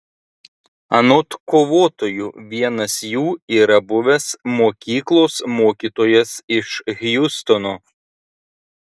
anot kovotojų vienas jų yra buvęs mokyklos mokytojas iš hjustono